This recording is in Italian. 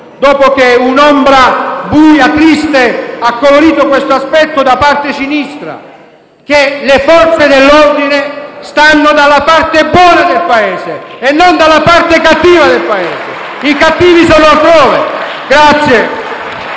dopo che un'ombra buia e triste ha colorito questo aspetto da parte sinistra: le Forze dell'ordine stanno dalla parte buona del Paese e non dalla parte cattiva del Paese. I cattivi sono altrove.